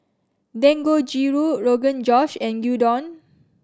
Dangojiru Rogan Josh and Gyudon